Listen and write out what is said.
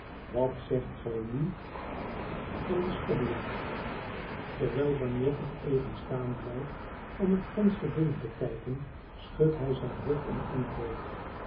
wat zegt gij nu van dien schobbejak terwijl bagnet nog even staan blijft om het venster binnen te kijken schudt hij zijn hoofd en antwoordt